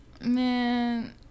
man